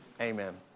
amen